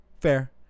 Fair